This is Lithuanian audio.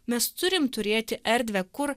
mes turim turėti erdvę kur